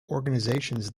organizations